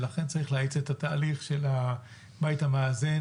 ולכן צריך להאיץ את התהליך של בית המאזן,